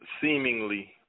seemingly